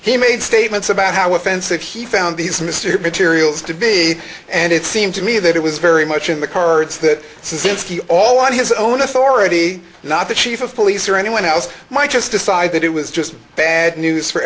he made statements about how offensive he found these mr materials to be and it seemed to me that it was very much in the cards that since he all on his own authority not the chief of police or anyone else might just decide that it was just bad news for